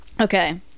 Okay